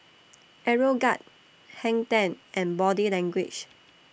Aeroguard Hang ten and Body Language